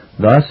Thus